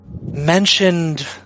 mentioned